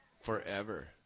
forever